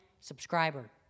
subscriber